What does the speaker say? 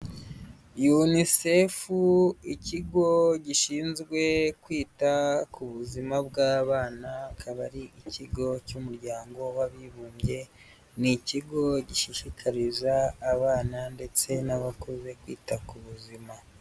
UNICEF ikigo gishinzwe kwita ku buzima bw'abana, akaba ari ikigo cy'umuryango w'abibumbye, ni ikigo gishishikariza abana ndetse n'abakuze kwita ku buzima.